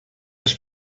les